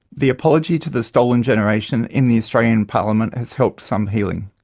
the apology to the stolen generation in the australian parliament has helped some healing.